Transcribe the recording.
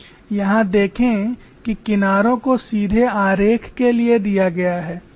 यहां देखें कि किनारों को सीधे आरेख के लिए दिया गया है